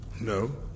No